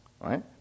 Right